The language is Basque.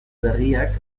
berriak